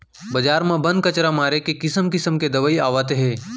बजार म बन, कचरा मारे के किसम किसम के दवई आवत हे